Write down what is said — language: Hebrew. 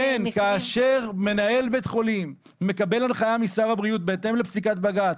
כאשר מנהל בית חולים מקבל הנחיה משר הבריאות בהתאם לפסיקת בג"צ